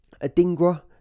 Adingra